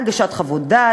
הגשת חוות דעת,